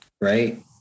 right